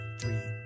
three